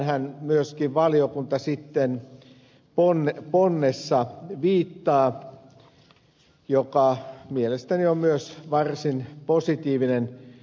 tähänhän myöskin valiokunta viittaa ponnessaan joka mielestäni on myös varsin positiivinen